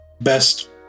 best